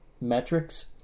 metrics